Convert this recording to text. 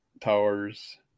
towers